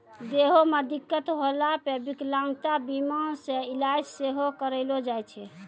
देहो मे दिक्कत होला पे विकलांगता बीमा से इलाज सेहो करैलो जाय छै